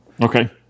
Okay